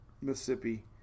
Mississippi